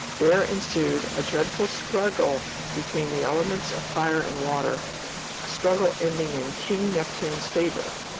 there ensued a dreadful struggle between the elements of fire and water, a struggle ending in king neptune's favor.